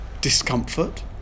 discomfort